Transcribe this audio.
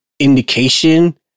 indication